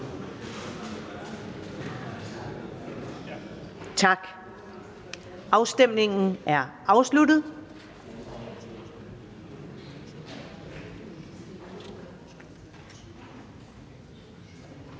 Tak. Afstemningen er afsluttet.